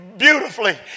beautifully